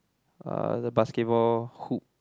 uh the basketball hoop